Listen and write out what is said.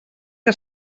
que